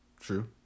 True